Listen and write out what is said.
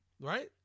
right